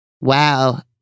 Wow